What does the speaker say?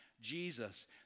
Jesus